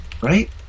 right